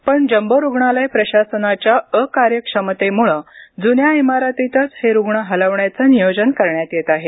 पण जम्बो रुग्णालय प्रशासनाच्या अकार्यक्षमतेम्ळे जुन्या इमारतीतच हे रुग्ण हलवण्याचं नियोजन करण्यात येत आहे